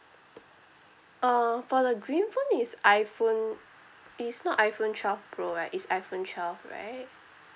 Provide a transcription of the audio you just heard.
uh for the green [one] is iPhone it's not iPhone twelve pro right is iPhone twelve right